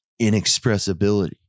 inexpressibility